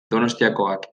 donostiakoak